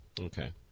Okay